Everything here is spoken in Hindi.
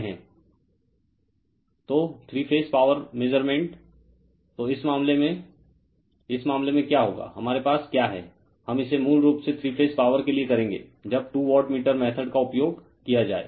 रिफर स्लाइड टाइम 0018 तो थ्री फेज पावर मेजरमेंट तो इस मामले में इस मामले में क्या होगा हमारे पास क्या है हम इसे मूल रूप से थ्री फेज पावर के लिए करेंगे जब टू वाटमीटर मेथड का उपयोग किया जाए